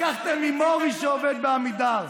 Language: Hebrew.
לקחתם ממוריס, שעובד בעמידר.